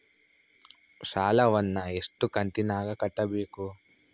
ಸಾಲವನ್ನ ಎಷ್ಟು ಕಂತಿನಾಗ ಕಟ್ಟಬೇಕು?